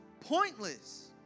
pointless